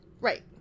Right